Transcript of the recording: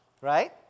Right